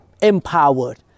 empowered